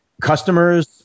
customers –